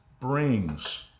brings